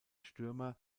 stürmer